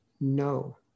no